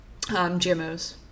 GMOs